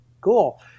cool